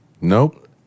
Nope